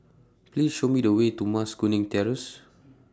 Please Show Me The Way to Mas Kuning Terrace